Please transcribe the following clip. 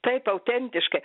taip autentiškai